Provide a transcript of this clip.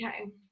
Okay